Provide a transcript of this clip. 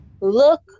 look